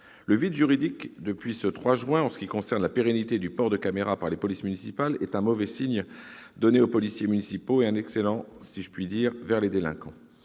le vide juridique en ce qui concerne la pérennité du port de caméras par les polices municipales est un mauvais signe donné aux policiers municipaux et un excellent signe, si je puis dire, pour les délinquants